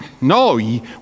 no